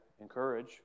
encourage